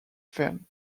fen